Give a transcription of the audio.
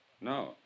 No